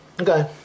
Okay